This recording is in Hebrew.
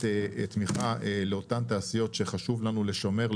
תמיכה לאותן תעשיות שחשוב לנו לשמר,